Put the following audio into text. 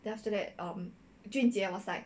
then after that um jun jie was like